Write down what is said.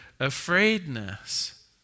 afraidness